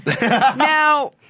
Now